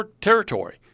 Territory